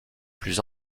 plus